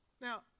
Now